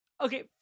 Okay